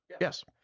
Yes